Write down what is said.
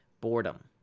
boredom